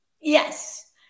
yes